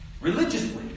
Religiously